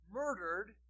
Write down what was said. murdered